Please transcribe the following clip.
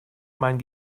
mein